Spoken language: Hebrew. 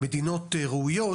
מדינות ראויות